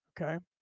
Okay